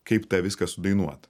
kaip tą viską sudainuot